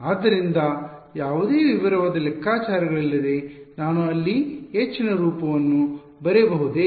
ಆದ್ದರಿಂದ ಯಾವುದೇ ವಿವರವಾದ ಲೆಕ್ಕಾಚಾರಗಳಿಲ್ಲದೆ ನಾನು ಅಲ್ಲಿ H ನ ರೂಪವನ್ನು ಬರೆಯಬಹುದೇ